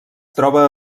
troba